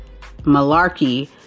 malarkey